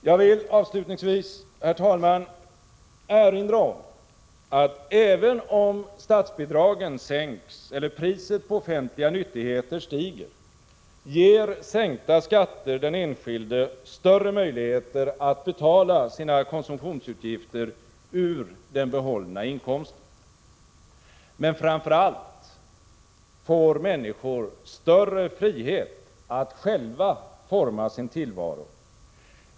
Jag vill, herr talman, avslutningsvis erinra om, att även om statsbidraget sänks eller priset på offentliga nyttigheter stiger, ger en sänkning av skatterna den enskilde större möjligheter att betala sina konsumtionsutgifter ur den behållna inkomsten. Men framför allt får människor större frihet att själva forma sin tillvaro.